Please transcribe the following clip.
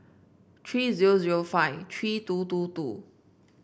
three zero zero five three two two two